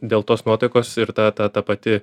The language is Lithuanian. dėl tos nuotaikos ir ta ta ta pati